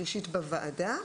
שלישית בוועדה,